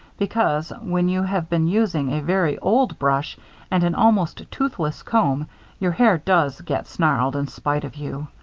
because, when you have been using a very old brush and an almost toothless comb your hair does get snarled in spite of you.